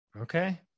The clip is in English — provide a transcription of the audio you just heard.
Okay